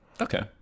Okay